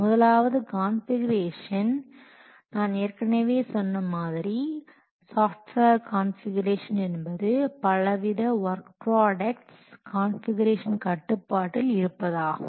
முதலாவது கான்ஃபிகுரேஷன் நான் ஏற்கனவே சொன்ன மாதிரி சாஃப்ட்வேர் கான்ஃபிகுரேஷன் என்பது பலவித வொர்க் ப்ராடக்ட்ஸ் கான்ஃபிகுரேஷன் கட்டுப்பாட்டில் இருப்பதாகும்